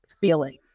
feeling